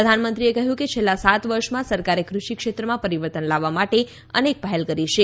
પ્રધાનમંત્રીએ કહ્યું કે છેલ્લા સાત વર્ષમાં સરકારે કૃષિ ક્ષેત્રમાં પરિવર્તન લાવવા માટે અનેક પહેલ કરી છે